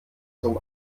zum